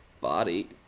body